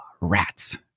rats